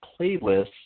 playlists